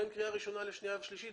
בין קריאה ראשונה לקריאה שנייה ושלישית,